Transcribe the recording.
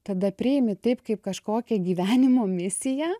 tada priimi taip kaip kažkokią gyvenimo misiją